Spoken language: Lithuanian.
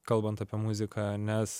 kalbant apie muziką nes